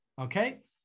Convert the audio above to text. okay